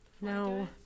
No